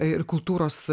ir kultūros